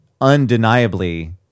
undeniably